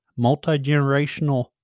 multi-generational